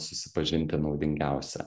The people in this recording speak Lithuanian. susipažinti naudingiausia